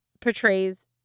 portrays